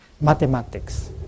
mathematics